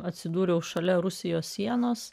atsidūriau šalia rusijos sienos